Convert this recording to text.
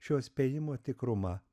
šio spėjimo tikrumą